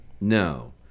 No